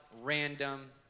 random